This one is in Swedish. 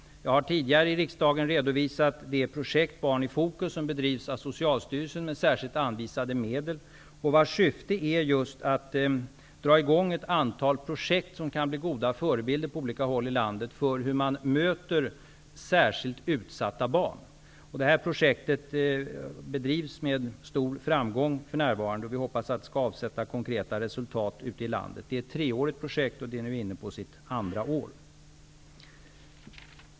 Jag har tidigare i riksdagen redovisat det projekt, Barn i fokus, som bedrivs av Socialstyrelsen med särskilt anvisade medel. Syftet är just att dra i gång ett antal projekt som kan bli goda förebilder på olika håll i landet för hur man möter särskilt utsatta barn. Det här projektet bedrivs för närvarande med stor framgång. Vi hoppas att det skall ge konkreta resultat ute i landet. Det är ett treårigt projekt. Man är nu inne på det andra året.